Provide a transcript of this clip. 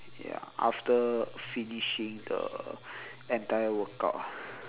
ya after finishing the entire workout